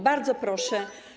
Bardzo proszę.